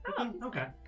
okay